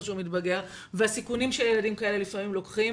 שמתבגר והסיכונים שילדים כאלה לפעמים לוקחים,